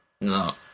No